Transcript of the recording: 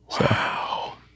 Wow